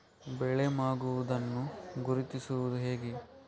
ಬೆಳೆ ಮಾಗುವುದನ್ನು ಗುರುತಿಸುವುದು ಹೇಗೆ?